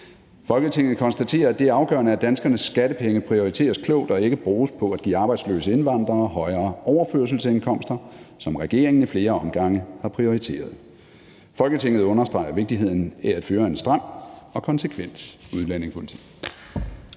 Folketinget konstaterer, at det er afgørende, at danskernes skattepenge prioriteres klogt og ikke bruges på at give arbejdsløse indvandrere højere overførselsindkomster, som regeringen i flere omgange har prioriteret. Folketinget understreger vigtigheden af at føre en stram og konsekvent udlændingepolitik.«